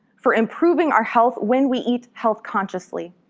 for improving our health when we eat health-consciously,